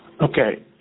Okay